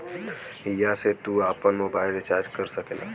हिया से तू आफन मोबाइल रीचार्ज कर सकेला